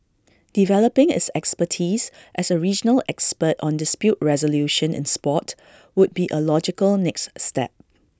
developing its expertise as A regional expert on dispute resolution in Sport would be A logical next step